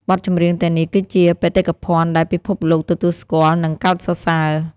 បទចម្រៀងទាំងនេះគឺជាបេតិកភណ្ឌដែលពិភពលោកទទួលស្គាល់ និងកោតសរសើរ។